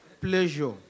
Pleasure